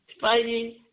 fighting